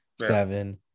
seven